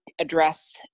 address